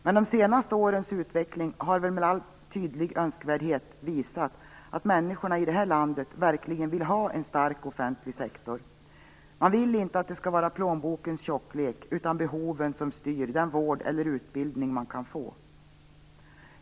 Men de senaste årens utveckling har väl med all önskvärd tydlighet visat att människorna i vårt land verkligen vill ha en stark offentlig sektor. Man vill inte att det skall vara plånbokens tjocklek utan behoven som styr den vård eller utbildning man kan få.